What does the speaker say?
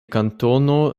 kantono